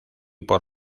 por